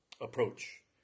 approach